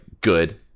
good